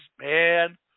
man